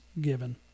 given